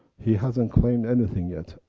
he hasn't claimed anything yet.